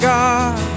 God